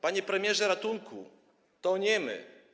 Panie premierze, ratunku, toniemy.